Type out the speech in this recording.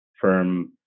firm